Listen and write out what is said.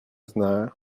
знає